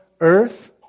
earth